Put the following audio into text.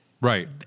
Right